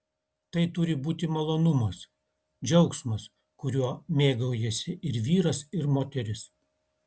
tai turi būti malonumas džiaugsmas kuriuo mėgaujasi ir vyras ir moteris